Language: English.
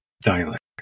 dialect